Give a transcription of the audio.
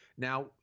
Now